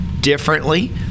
differently